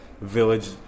village